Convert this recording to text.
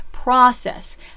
process